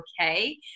okay